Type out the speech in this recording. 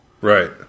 right